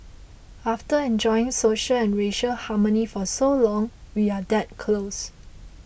after enjoying social and racial harmony for so long we are that close